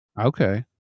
okay